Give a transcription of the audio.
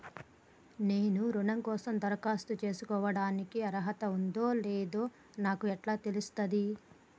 నేను రుణం కోసం దరఖాస్తు చేసుకోవడానికి అర్హత ఉందో లేదో నాకు ఎట్లా తెలుస్తది?